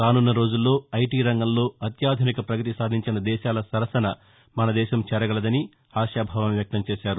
రానుస్న రోజుల్లో ఐటి రంగంలో అత్యాధునిక ప్రగతి సాధించిన దేశాల సరసన మన దేశం చేరగలదని ఆయన ఆశాభావం వ్యక్తం చేశారు